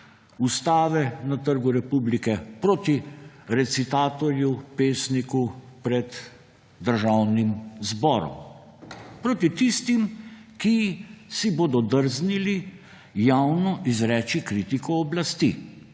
ustave na Trgu republike, proti recitatorju, pesniku pred Državnim zborom. Proti tistim, ki si bodo drznili javno izreči kritiko oblasti.